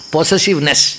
Possessiveness